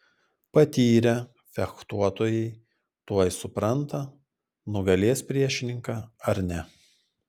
patyrę fechtuotojai tuoj supranta nugalės priešininką ar ne